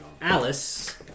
Alice